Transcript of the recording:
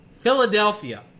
Philadelphia